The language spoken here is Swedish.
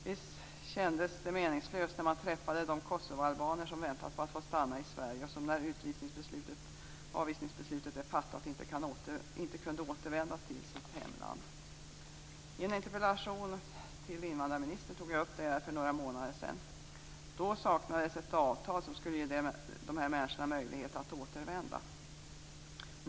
Visst kändes det meningslöst när man träffade de kosovoalbaner som hade väntat på att få stanna i Sverige och som när avvisningsbeslutet var fattat inte kunde återvända till sitt hemland. I en interpellation till invandrarministern tog jag upp detta för några månader sedan. Då saknades ett avtal som skulle ge dessa människor möjlighet att återvända.